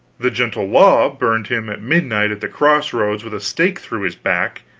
the gentle law buried him at midnight at the cross-roads with a stake through his back,